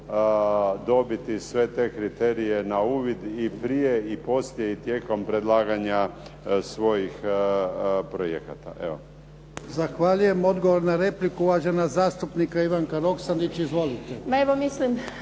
dobiti sve te kriterije na uvid i prije i poslije i tijekom predlaganja svojih projekata. **Jarnjak, Ivan (HDZ)** Zahvaljujem. Odgovor na repliku uvažena zastupnica Ivanka Roksandić. Izvolite. **Roksandić,